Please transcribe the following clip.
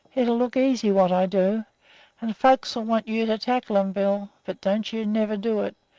it'll look easy what i do and folks'll want you to tackle em, bill, but don't you never do it,